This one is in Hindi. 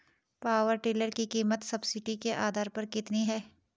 पावर टिलर की कीमत सब्सिडी के आधार पर कितनी है?